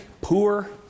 poor